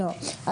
לא,